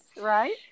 Right